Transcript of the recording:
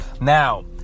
Now